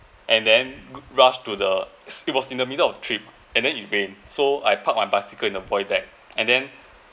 and then rushed to the it was in the middle of the trip and then it rain so I park my bicycle and avoid that and then